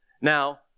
Now